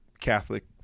Catholic